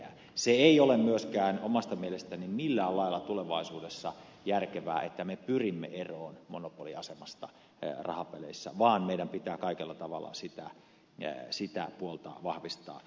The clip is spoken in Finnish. se ei ole myöskään omasta mielestäni millään lailla tulevaisuudessa järkevää että me pyrimme eroon monopoliasemasta rahapeleissä vaan meidän pitää kaikella tavalla sitä puolta vahvistaa